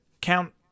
Count